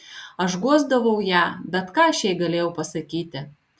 aš guosdavau ją bet ką aš jai galėjau pasakyti